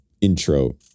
intro